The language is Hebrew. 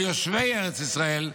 על יושבי ארץ ישראל,